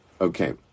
okay